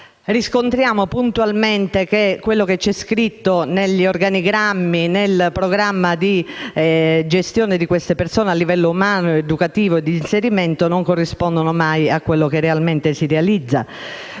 riscontriamo puntualmente che quanto scritto negli organigrammi e nel programma di gestione delle persone a livello umano, educativo e di inserimento non corrisponde mai a quello che realmente si realizza.